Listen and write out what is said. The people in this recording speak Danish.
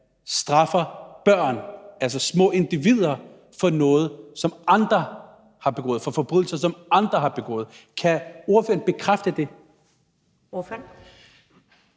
straffer børn, altså små individer, for noget, som andre har begået, for forbrydelser, som andre har begået? Kan ordføreren bekræfte det?